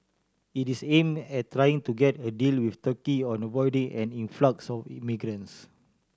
it is aimed at trying to get a deal with Turkey on avoiding an influx of migrants